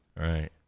Right